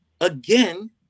again